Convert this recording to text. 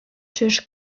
czyż